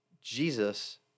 Jesus